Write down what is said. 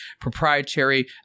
proprietary